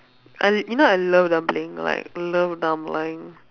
I did you know I love dumpling like love dumpling